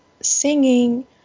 singing